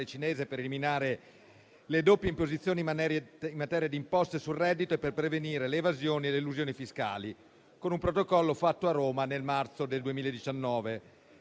cinese per eliminare le doppie imposizioni in materia di imposte sul reddito e per prevenire le evasioni e le elusioni fiscali, con Protocollo, fatto a Roma il 23 marzo 2019.